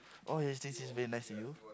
oh this teacher is very nice to you